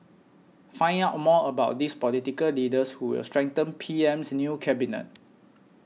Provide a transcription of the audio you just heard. find out more about these political leaders who will strengthen P M's new cabinet